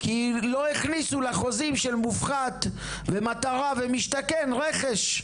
כי לא הכניסו לחוזים של מופחת ומטרה ומשתכן רכש.